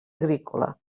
agrícola